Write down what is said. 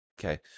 Okay